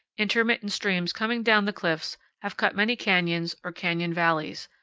intermittent streams coming down the cliffs have cut many canyons or canyon valleys,